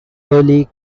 early